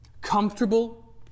comfortable